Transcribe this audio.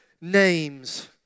names